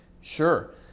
Sure